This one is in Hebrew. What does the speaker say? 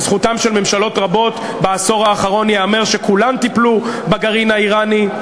לזכותן של ממשלות רבות בעשור האחרון ייאמר שכולן טיפלו בגרעין האיראני.